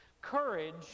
Courage